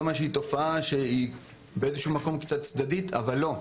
באיזשהו מקום זאת תופעה שהיא קצת צדדית, אבל לא,